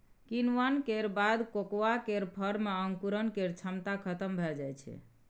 किण्वन केर बाद कोकोआ केर फर मे अंकुरण केर क्षमता खतम भए जाइ छै